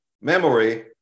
memory